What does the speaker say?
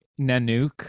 Nanook